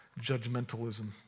judgmentalism